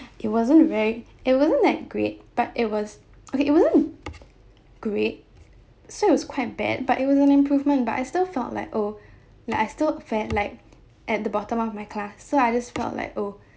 it wasn't very it wasn't that great but it was okay it wasn't great so it was quite bad but it was an improvement but I still felt like oh like I still felt like at the bottom of my class so I just felt like oh